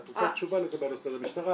את רוצה תשובה לגבי הנושא הזה, המשטרה